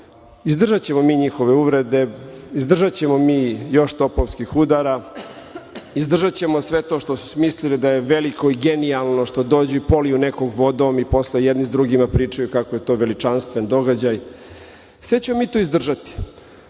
Izdržaćemo mi njihove uvrede. Izdržaćemo mi još topovskih udara. Izdržaćemo sve to što su smislili da je veliko i genijalno što dođu i poliju nekom vodom i posle jedni s drugima pričaju kako je to veličanstven događaj. Sve ćemo mi to izdržati,